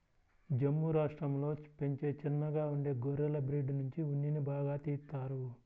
జమ్ము రాష్టంలో పెంచే చిన్నగా ఉండే గొర్రెల బ్రీడ్ నుంచి ఉన్నిని బాగా తీత్తారు